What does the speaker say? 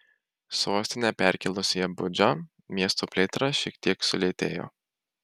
sostinę perkėlus į abudžą miesto plėtra šiek tiek sulėtėjo